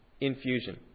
Infusion